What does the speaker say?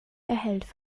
erhellt